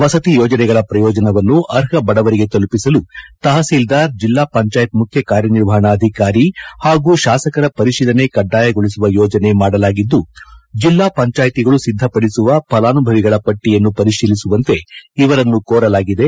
ವಸತಿ ಯೋಜನೆಗಳ ಪ್ರಯೋಜನವನ್ನು ಅರ್ಹ ಬಡವರಿಗೆ ತಲುಪಿಸಲು ತಹಿಸೀಲ್ದಾರ್ ಜಿಲ್ಲಾ ಪಂಚಾಯತ್ ಮುಖ್ಯ ಕಾರ್ಯನಿರ್ವಪಣಾಧಿಕಾರಿ ಪಾಗೂ ಶಾಸಕರ ಪರಿಶೀಲನೆ ಕಡ್ಡಾಯಗೊಳಿಸುವ ಯೋಜನೆ ಮಾಡಲಾಗಿದ್ದು ಜಿಲ್ಲಾ ಪಂಚಾಯಿತಿಗಳು ಸಿದ್ದಪಡಿಸುವ ಫಲಾನುಭವಿಗಳ ಪಟ್ಟಿಯನ್ನು ಪರಿಶೀಲಿಸುವಂತೆ ಇವರನ್ನು ಕೋರಲಾಗಿದೆ